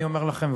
אני אומר לכם,